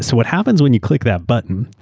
so what happens when you click that button,